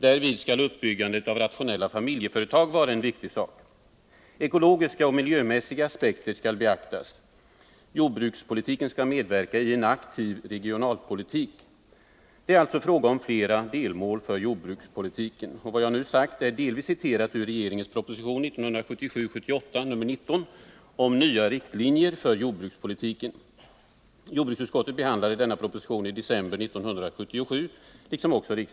Därvid skall uppbyggandet av rationella familjeföretag vara en viktig sak. Ekologiska och miljömässiga aspekter skall beaktas. Jordbrukspolitiken skall medverka i en aktiv regionalpolitik. Det är alltså fråga om flera delmål för jordbrukspolitiken. Och det jag nu har sagt är delvis citerat ur regeringens proposition 1977/78:19 om nya riktlinjer för jordbrukspolitiken. Jordbruksutskottet, liksom också riksdagen, behandlade denna proposition i december 1977.